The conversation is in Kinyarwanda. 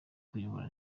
kuyobora